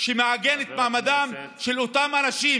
שמעגן את מעמדם של אותם אנשים,